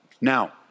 Now